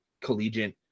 collegiate